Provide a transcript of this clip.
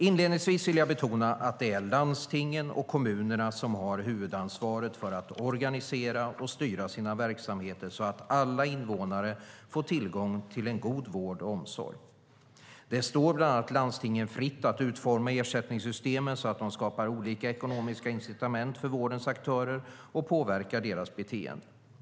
Inledningsvis vill jag betona att det är landstingen och kommunerna som har huvudansvaret för att organisera och styra sina verksamheter så att alla invånare får tillgång till en god vård och omsorg. Det står bland annat landstingen fritt att utforma ersättningssystemen så att de skapar olika ekonomiska incitament för vårdens aktörer och påverkar deras beteende.